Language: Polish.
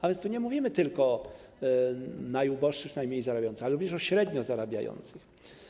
A więc tu nie mówimy tylko o najuboższych, najmniej zarabiających, ale również o średnio zarabiających.